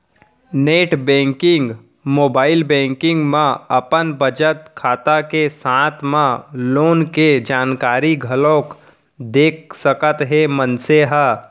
net banking, mobile banking म अपन बचत खाता के साथे म लोन के जानकारी घलोक देख सकत हे मनसे ह